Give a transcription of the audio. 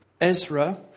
Ezra